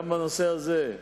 גם בנושא הזה,